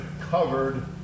covered